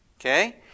Okay